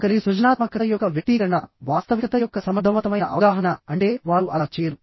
ఒకరి సృజనాత్మకత యొక్క వ్యక్తీకరణ వాస్తవికత యొక్క సమర్థవంతమైన అవగాహన అంటే వారు అలా చేయరు